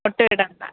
ഒട്ടും ഇടണ്ട